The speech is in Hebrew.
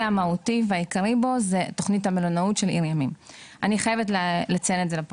המהותי והעיקרי בו זו תוכנית המלונאות של עיר ימים.